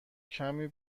کمی